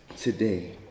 today